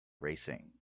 racing